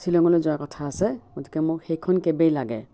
শ্বিলঙলৈ যোৱাৰ কথা আছে গতিকে মোক সেইখন কেবেই লাগে